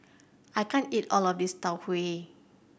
I can't eat all of this Tau Huay